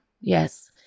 Yes